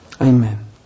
Amen